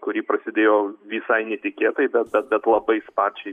kuri prasidėjo visai netikėtai bet bet bet labai sparčiai